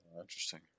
Interesting